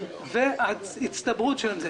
והם מצטברים.